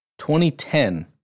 2010